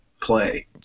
play